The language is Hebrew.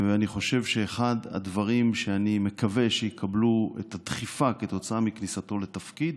אחד הדברים שאני מקווה שיקבלו את הדחיפה כתוצאה מכניסתו לתפקיד